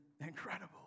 incredible